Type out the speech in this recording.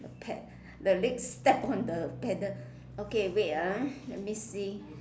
pad the legs step on the paddle okay wait ah let me see